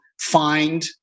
find